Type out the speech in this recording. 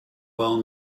well